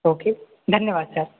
okay धन्यवाद sir